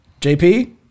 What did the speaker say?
jp